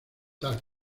tal